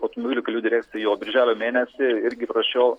automobilių kelių direkciją jau birželio mėnesį irgi prašiau